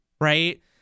Right